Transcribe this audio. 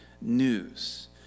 news